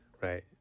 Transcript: right